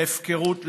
והפקרות לשמה.